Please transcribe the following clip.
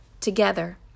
Together